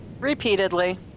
repeatedly